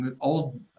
old